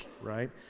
right